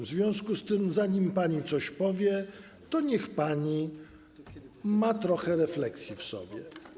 W związku z tym zanim pani coś powie, to niech pani ma trochę refleksji w sobie.